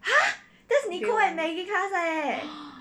!huh! that's nicole andmaggieclass leh